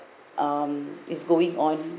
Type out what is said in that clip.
um is going on